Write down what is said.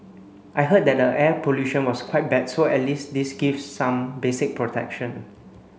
I heard that the air pollution was quite bad so at least this gives some basic protection